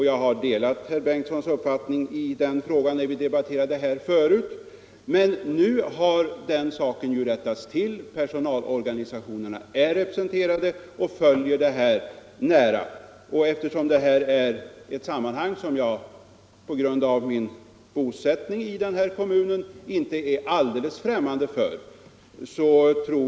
Jag har delat den uppfattning herr Bengtsson framfört när vi tidigare debatterade den här frågan, men nu har den saken rättats till: personalorganisationerna är representerade och följer arbetet nära. På grund av min bosättning i den kommun det gäller är jag inte alldeles främmande för ärendet.